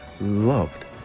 loved